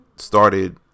started